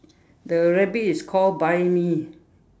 the rabbit is called buy me